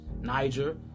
Niger